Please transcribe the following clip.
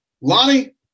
Lonnie